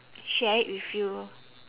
share it with you